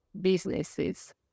businesses